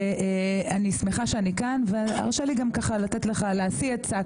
אני שמחה שאני כאן, והרשה לי להשיא לך עצה.